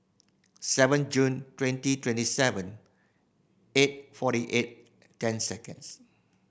seven June twenty twenty seven eight forty eight ten seconds